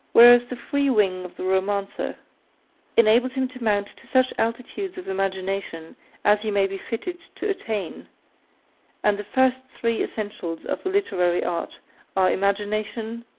whereas the free wing of the romancer enables him to mount to such altitudes of imagination as he may be fitted to attain and the first three essentials of the literary art are imagination,